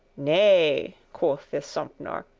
nay, quoth this sompnour,